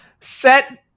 set